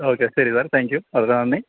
okay ശരി sir thank you വളരെ നന്ദി